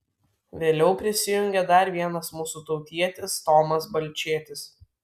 vėliau prisijungė dar vienas mūsų tautietis tomas balčėtis